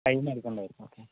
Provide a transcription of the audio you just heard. കഴിഞ്ഞ് എടുക്കുന്നതായിരിക്കും